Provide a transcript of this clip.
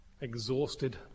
exhausted